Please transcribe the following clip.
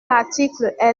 l’article